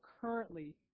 currently